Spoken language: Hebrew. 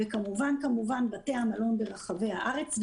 וכמובן כמובן בתי המלון ברחבי הארץ,